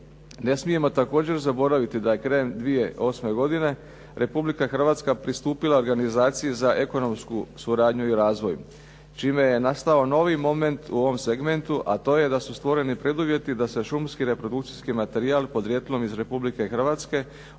Ne smijemo također zaboraviti da je krajem 2008. godine Republika Hrvatska pristupila Organizaciji za ekonomsku suradnju i razvoj, čime je nastao novi moment u ovom segmentu, a to je da su stvoreni preduvjeti da se šumski reprodukcijski materijal podrijetlom iz Republike Hrvatske